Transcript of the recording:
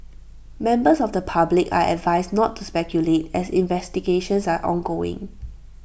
members of the public are advised not to speculate as investigations are ongoing